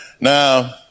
Now